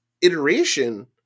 iteration